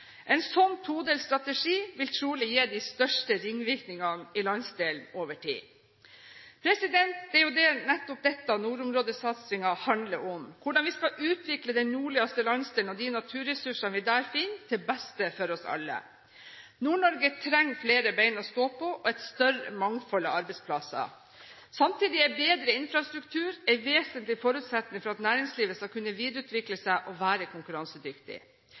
En slik todelt strategi vil trolig gi de største ringvirkningene i landsdelen over tid. Det er jo nettopp dette nordområdesatsingen handler om, hvordan vi skal utvikle den nordligste landsdelen og de naturressursene vi finner der, til beste for oss alle. Nord-Norge trenger flere bein å stå på og et større mangfold av arbeidsplasser. Samtidig er bedre infrastruktur en vesentlig forutsetning for at næringslivet skal kunne videreutvikles og være konkurransedyktig.